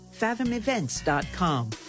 fathomevents.com